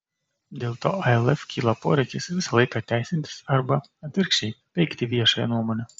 dėl to alf kyla poreikis visą laiką teisintis arba atvirkščiai peikti viešąją nuomonę